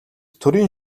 төрийн